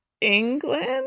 England